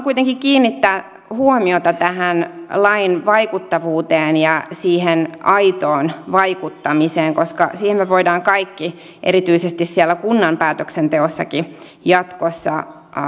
kuitenkin kiinnittää huomiota tähän lain vaikuttavuuteen ja siihen aitoon vaikuttamiseen koska siihen me voimme kaikki erityisesti siellä kunnan päätöksenteossakin jatkossa